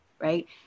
right